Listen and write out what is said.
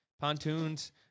Pontoons